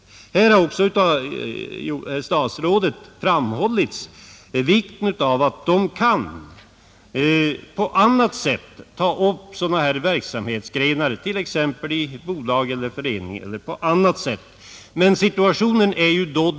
Här har också av herr statsrådet framhållits vikten av att de kan på annat sätt ta upp sådana här verksamhetsgrenar — i ett bolag, en förening eller liknande.